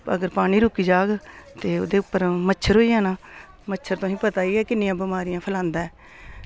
अगर पानी रुकी जाग ते ओह्दे उप्पर मच्छर होई जाना मच्छर तुसें पता ही ऐ किन्नियां बमारियां फैलांदा ऐ